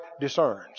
discerns